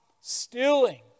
stealing